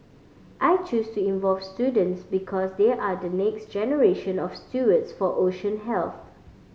I chose to involve students because they are the next generation of stewards for ocean health